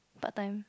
part time